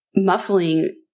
muffling